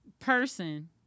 Person